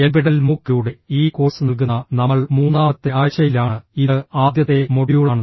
NPTEL മൂക്കിലൂടെ ഈ course നൽകുന്ന നമ്മൾ മൂന്നാമത്തെ ആഴ്ചയിലാണ് ഇത് ആദ്യത്തെ മൊഡ്യൂളാണ്